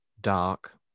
dark